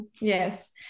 Yes